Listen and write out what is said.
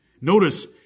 Notice